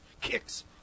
Kicks